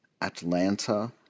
Atlanta